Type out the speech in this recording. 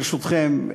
ברשותכם,